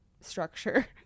structure